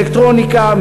אלקטרוניקה,